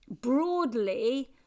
broadly